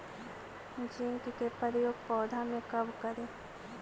Zinc के प्रयोग पौधा मे कब करे?